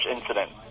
Incident